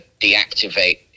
deactivate